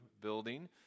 building